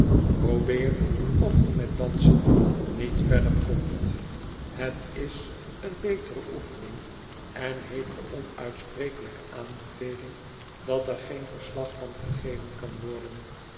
of ge met dansen niet verder komt het is een betere oefening en heeft de onuitsprekelijke aanbeveling dat er geen verslag van gegeven kan worden